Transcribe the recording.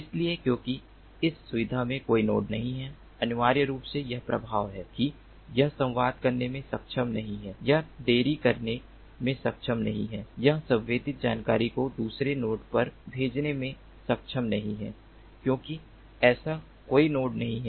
इसलिए क्योंकि इस सुविधा में कोई नोड नहीं है अनिवार्य रूप से यह प्रभाव है कि यह संवाद करने में सक्षम नहीं है यह देरी करने में सक्षम नहीं है यह संवेदित जानकारी को दूसरे नोड पर भेजने में सक्षम नहीं है क्योंकि ऐसा कोई नोड नहीं है